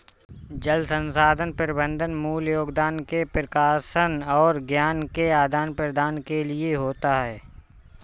जल संसाधन प्रबंधन मूल योगदान के प्रकाशन और ज्ञान के आदान प्रदान के लिए होता है